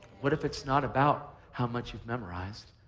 what if it's not about how much you've memorized?